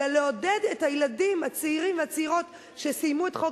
אלא לעודד את הצעירים והצעירות שסיימו את חוק